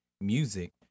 music